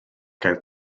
gael